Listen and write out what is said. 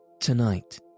Tonight